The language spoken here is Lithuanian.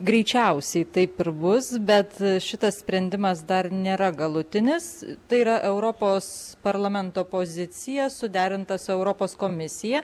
greičiausiai taip ir bus bet šitas sprendimas dar nėra galutinis tai yra europos parlamento pozicija suderinta su europos komisija